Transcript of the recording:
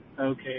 Okay